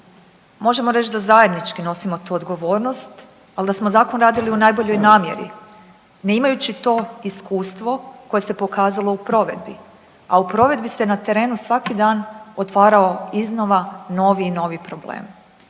Možemo reći da zajednički nosimo tu odgovornost, ali da smo zakon radili u najboljoj namjeri ne imajući to iskustvo koje se pokazalo u provedbi, a u provedbi se na terenu svaki dan otvarao iznova novi i novi problem.